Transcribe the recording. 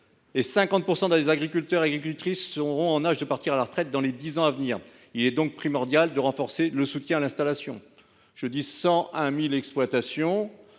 et 50 % des agriculteurs et agricultrices seront en âge de prendre leur retraite dans les dix ans à venir. Il est donc primordial de renforcer le soutien à l’installation. On le voit,